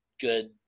good